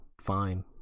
fine